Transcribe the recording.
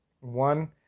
One